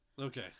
Okay